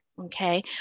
Okay